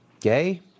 gay